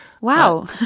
Wow